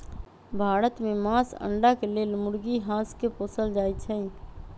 भारत में मास, अण्डा के लेल मुर्गी, हास के पोसल जाइ छइ